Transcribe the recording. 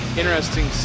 interesting